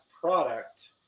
product